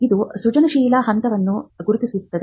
ಇದು ಸೃಜನಶೀಲ ಹಂತವನ್ನು ಗುರುತಿಸುತ್ತದೆ